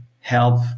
help